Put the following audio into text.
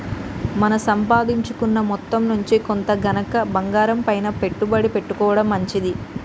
మన సంపాదించుకున్న మొత్తం నుంచి కొంత గనక బంగారంపైన పెట్టుబడి పెట్టుకోడం మంచిది